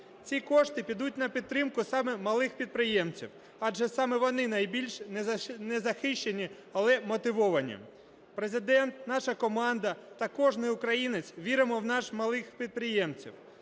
Ці кошти підуть на підтримку саме малих підприємців, адже саме вони найбільш незахищені, але мотивовані. Президент, наша команда та кожний українець віримо в наших малих підприємців